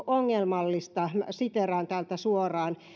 ongelmallista siteeraan täältä suoraan